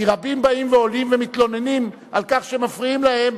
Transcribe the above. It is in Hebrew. כי רבים באים ועולים ומתלוננים על כך שמפריעים להם,